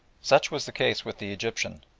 such was the case with the egyptian.